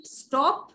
stop